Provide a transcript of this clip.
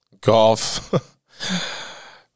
Golf